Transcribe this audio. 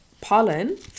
pollen